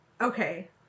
Okay